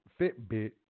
Fitbit